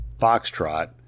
Foxtrot